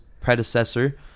predecessor